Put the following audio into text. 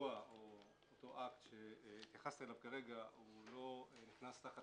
אירוע שאותו אקט שהתייחסת אליו כרגע לא נכנס תחת